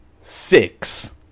six